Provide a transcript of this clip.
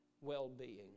well-being